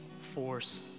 force